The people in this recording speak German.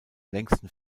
längsten